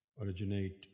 originate